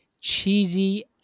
cheesy